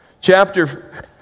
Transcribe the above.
chapter